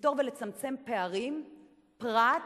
לפתור ולצמצם פערים פרט